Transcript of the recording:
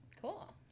cool